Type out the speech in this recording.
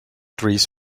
trees